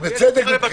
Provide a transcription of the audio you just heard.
ובצדק.